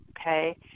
okay